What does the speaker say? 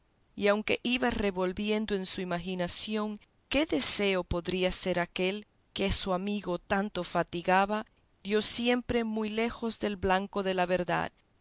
y aunque iba revolviendo en su imaginación qué deseo podría ser aquel que a su amigo tanto fatigaba dio siempre muy lejos del blanco de la verdad